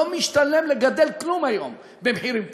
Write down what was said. לא משתלם לגדל כלום היום במחירים כאלה.